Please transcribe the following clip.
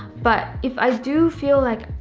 but if i do feel like